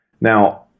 Now